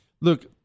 Look